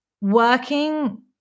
working